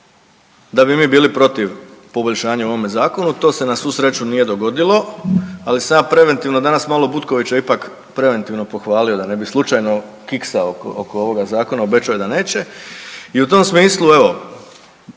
da bi mi bili protiv poboljšanja u ovom zakonu. To se na svu sreću nije dogodilo, ali sam ja preventivno danas malo Butkovića ipak preventivno pohvalio da ne bi slučajno kiksao oko ovo zakona, obećao je da neće i u tom smislu evo